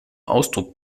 ausdruck